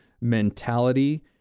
mentality